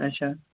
اچھا